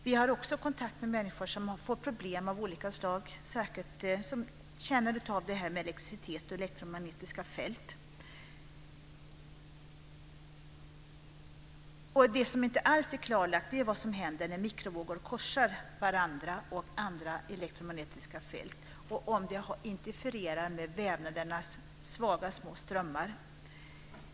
Vi har också kontakt med människor som får problem av olika slag, särskilt med dem som känner av detta med elektricitet och elektromagnetiska fält. Det som inte alls är klarlagt är vad som händer när mikrovågor korsar varandra och andra elektromagnetiska fält och om det interfererar med vävnadernas svaga små strömmar.